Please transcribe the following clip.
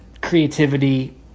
creativity